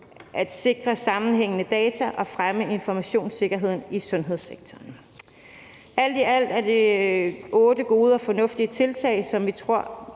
at sikre sammenhængende data og fremme informationssikkerheden i sundhedssektoren. Alt i alt er det otte gode og fornuftige tiltag, som vi i